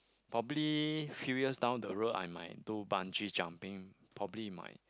probably few years down the road I might do bungee jumping probably might